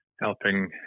helping